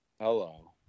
Hello